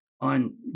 on